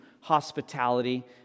hospitality